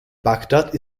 bagdad